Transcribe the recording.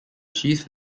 chief